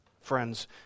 friends